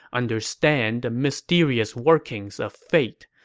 understand the mysterious workings of fate,